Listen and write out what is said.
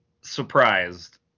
surprised